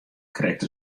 krekt